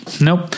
Nope